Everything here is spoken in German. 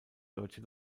deutsche